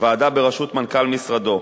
ועדה בראשות מנכ"ל משרדו,